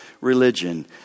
religion